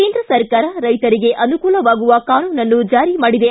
ಕೇಂದ್ರ ಸರ್ಕಾರ ರೈತರಿಗೆ ಅನುಕೂಲವಾಗುವ ಕಾನೂನನ್ನು ಜಾರಿ ಮಾಡಿದೆ